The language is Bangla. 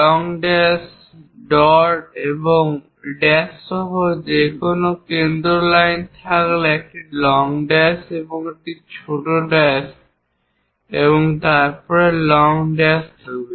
লং ড্যাশ ডট এবং ড্যাশ সহ কোন কেন্দ্র লাইন থাকলে একটি লং ড্যাশ একটি ছোট ড্যাশ তারপর একটি লং ড্যাশ থাকবে